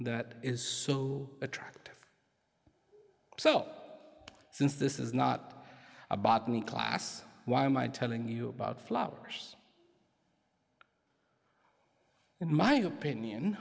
that is so attractive so since this is not about me class why am i telling you about flowers in my opinion